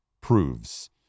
proves